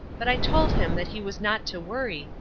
but i told him that he was not to worry,